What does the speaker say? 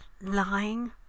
lying